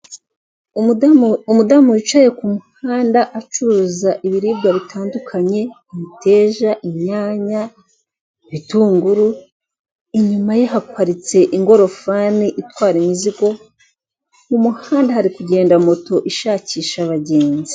Umudamu wicaye ku muhanda acuruza ibiribwa bitandukanye imiteja, inyanya, ibitunguru. Inyuma ye haparitse ingorofani itwara imizigo, mu muhanda hari kugenda moto ishakisha abagenzi.